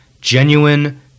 genuine